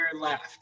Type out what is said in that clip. left